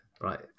Right